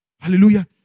Hallelujah